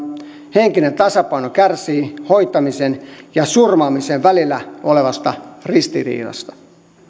henkinen tasapaino kärsii hoitamisen ja surmaamisen välillä olevasta ristiriidasta